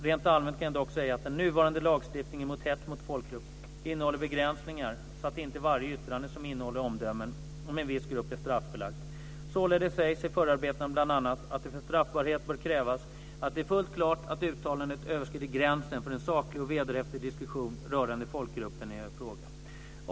Rent allmänt kan jag dock säga att den nuvarande lagstiftningen mot hets mot folkgrupp innehåller begränsningar så att inte varje yttrande som innehåller omdömen om en viss grupp är straffbelagt. Således sägs i förarbetena bl.a. att det för straffbarhet bör krävas att det är fullt klart att uttalandet överskrider gränsen för en saklig och vederhäftig diskussion rörande folkgruppen i fråga.